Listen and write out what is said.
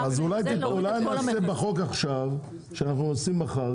אולי נעשה בחוק עכשיו שאנחנו עושים מחר,